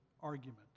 argument